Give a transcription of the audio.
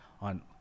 on